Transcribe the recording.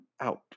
out